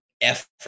effort